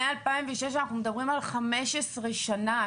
מ-2006 אנחנו מדברים על 15 שנה,